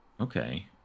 Okay